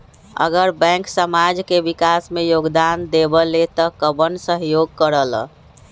अगर बैंक समाज के विकास मे योगदान देबले त कबन सहयोग करल?